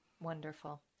Wonderful